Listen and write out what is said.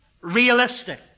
realistic